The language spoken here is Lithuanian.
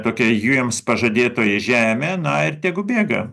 tokia jiems pažadėtoji žemė na ir tegu bėga